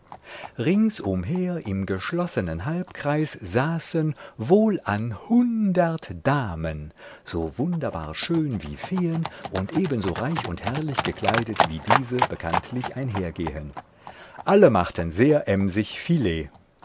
ringsumher im geschlossenen halbkreis saßen wohl an hundert damen so wunderbar schön wie feen und ebenso reich und herrlich gekleidet wie diese bekanntlich einhergehen alle machten sehr emsig filet